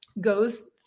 goes